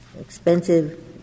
expensive